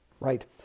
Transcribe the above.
Right